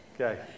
Okay